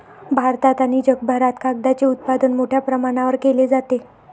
भारतात आणि जगभरात कागदाचे उत्पादन मोठ्या प्रमाणावर केले जाते